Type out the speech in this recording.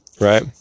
right